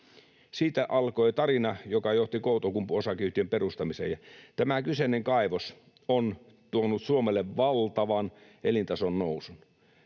Siitä alkoi tarina, joka johti Outokumpu Oy:n perustamiseen, ja tämä kyseinen kaivos on tuonut Suomelle valtavan elintason nousun.